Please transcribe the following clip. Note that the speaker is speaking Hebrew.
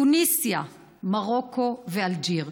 תוניסיה, מרוקו ואלג'יר.